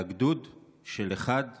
על הגדוד של אחד האחים,